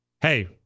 hey